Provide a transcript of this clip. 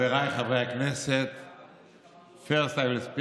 חבריי חברי הכנסת, First I will speak